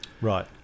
Right